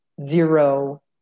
zero